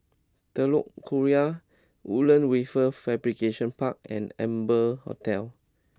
Telok Kurau Woodlands Wafer Fabrication Park and Amber Hotel